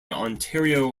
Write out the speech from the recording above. ontario